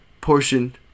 portion